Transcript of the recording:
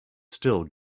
still